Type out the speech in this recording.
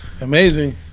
Amazing